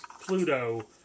Pluto